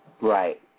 Right